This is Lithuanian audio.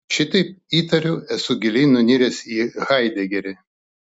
šitaip įtariu esu giliai nuniręs į haidegerį